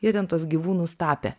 jie ten tuos gyvūnus tapė